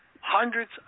hundreds